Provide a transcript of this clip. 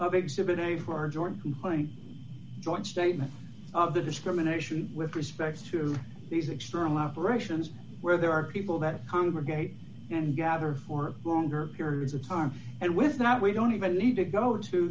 a for our joint complaint joint statement of the discrimination with respect to these external operations where there are people that congregate and gather for longer periods of time and with that we don't even need to go to